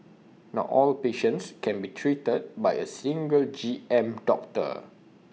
not all patients can be treated by A single G M doctor